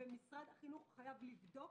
משרד החינוך חייב ללמוד,